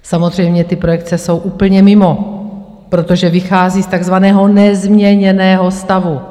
Samozřejmě, ty projekce jsou úplně mimo, protože vychází z takzvaného nezměněného stavu.